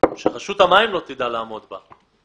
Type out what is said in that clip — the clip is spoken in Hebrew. שרשות המים לא תדע לעמוד בה.